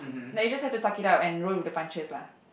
like you just have to suck it up and roll with the punches lah